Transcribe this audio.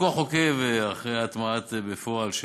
הפיקוח עוקב אחרי ההטמעה בפועל של